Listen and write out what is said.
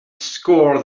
scour